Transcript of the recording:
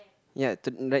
ya to right